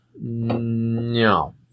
No